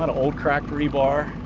but old cracked rebar.